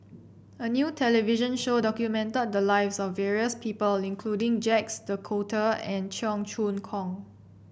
a new television show documented the lives of various people including Jacques De Coutre and Cheong Choong Kong